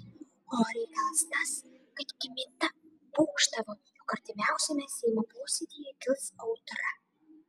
o reikalas tas kad kmita būgštavo jog artimiausiame seimo posėdyje kils audra